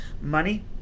Money